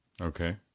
Okay